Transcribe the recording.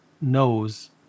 knows